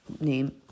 name